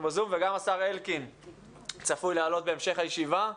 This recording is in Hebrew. ב-זום וגם השר אלקין צפוי לעלות בהמשך הישיבה.